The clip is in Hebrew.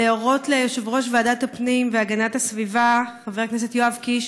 להורות ליושב-ראש ועדת הפנים והגנת הסביבה חבר הכנסת יואב קיש